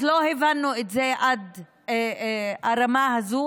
אז לא הבנו את זה עד הרמה הזאת.